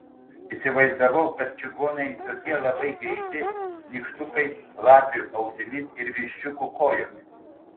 įsivaizdavau kad čigonai tokie labai greiti nykštukai lapių ausimis ir viščiukų kojomis